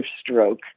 stroke